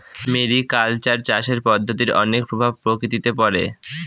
mariculture চাষের পদ্ধতির অনেক প্রভাব প্রকৃতিতে পড়ে